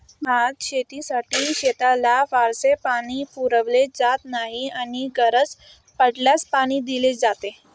भातशेतीसाठी शेताला फारसे पाणी पुरवले जात नाही आणि गरज पडल्यास पाणी दिले जाते